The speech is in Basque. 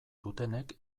dutenek